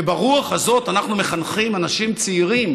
וברוח הזאת אנחנו מחנכים אנשים צעירים